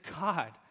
God